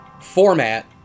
format